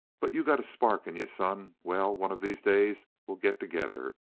but you got a spark in you, son. well, one of these days we'll get together.